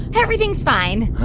everything's fine